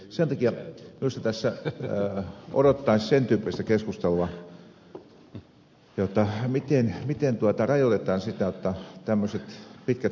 sen takia minusta tässä odottaisi sen tyyppistä keskustelua että miten rajoitetaan tämmöisiä pitkiä peliautomaattirivejä